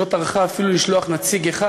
שלא טרחה אפילו לשלוח נציג אחד.